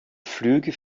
flüge